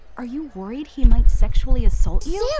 are you worried he might sexually assault you?